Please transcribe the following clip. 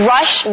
Rush